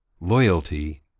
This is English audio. loyalty